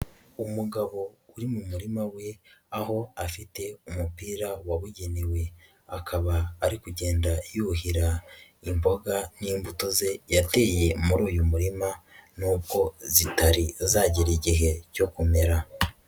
Umugabo uri mu murima we aho afite umupira wabugenewe, akaba ari kugenda yuhira imboga n'imbuto ze yateye muri uyu murima, nubwo zitari zagera igihe cyo kumera.